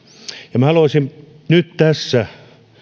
ja minä haluaisin nyt tässä